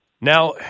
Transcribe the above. Now